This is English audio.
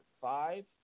five